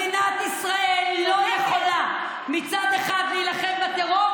מדינת ישראל לא יכולה מצד אחד להילחם בטרור